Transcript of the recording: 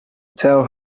tell